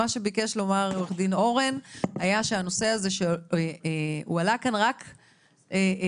מה שביקש לומר עו"ד אורן היה שהנושא הזה הועלה כאן רק כנושא,